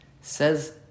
Says